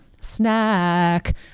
snack